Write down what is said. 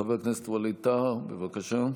חבר הכנסת ווליד טאהא, בבקשה.